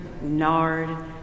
nard